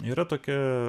yra tokia